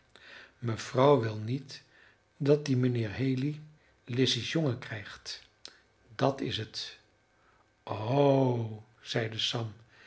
mevrouw wil niet dat die mijnheer haley lizzy's jongen krijgt dat is het ho zeide sam